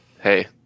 hey